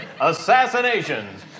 assassinations